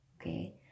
okay